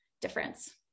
difference